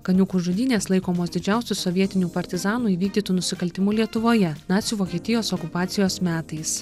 kaniūkų žudynės laikomos didžiausiu sovietinių partizanų įvykdytu nusikaltimu lietuvoje nacių vokietijos okupacijos metais